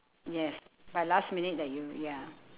yes by last minute that you ya